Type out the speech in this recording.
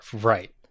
right